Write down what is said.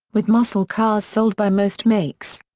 with muscle cars sold by most makes.